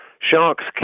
Sharks